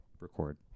record